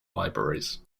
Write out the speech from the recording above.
libraries